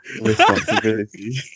Responsibility